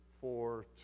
four